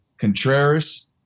Contreras